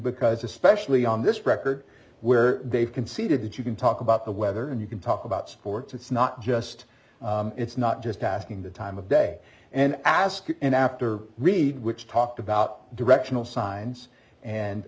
because especially on this record where they've conceded that you can talk about the weather and you can talk about sports it's not just it's not just asking the time of day and asking and after read which talked about directional signs and